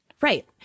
Right